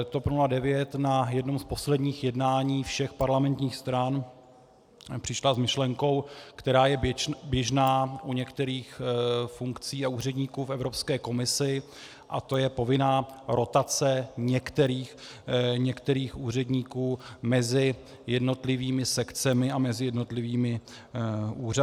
TOP 09 na jednom z posledních jednání všech parlamentních stran přišla s myšlenkou, která je běžná u některých funkcí a úředníků v Evropské komisi, a to je povinná rotace některých úředníků mezi jednotlivými sekcemi a mezi jednotlivými úřady.